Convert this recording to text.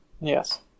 Yes